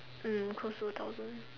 mm close to two thousand